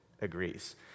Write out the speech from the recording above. agrees